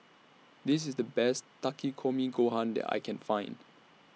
This IS The Best Takikomi Gohan that I Can Find